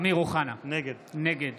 אמיר אוחנה, נגד